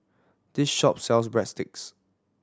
this shop sells Breadsticks